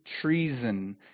treason